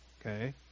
okay